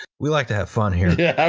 we like to have fun here. yeah